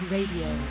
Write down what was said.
Radio